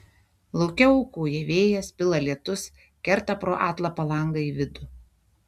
lauke ūkauja vėjas pila lietus kerta pro atlapą langą į vidų